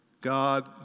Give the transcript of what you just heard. God